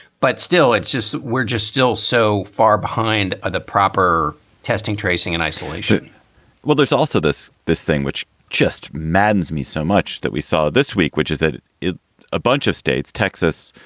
but still, it's just we're just still so far behind ah the proper testing, tracing and isolation well, there's also this this thing which just maddens me so much that we saw this week, which is that a ah bunch of states, texas,